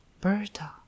berta